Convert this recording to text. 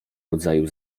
rodzaju